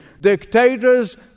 dictators